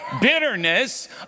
bitterness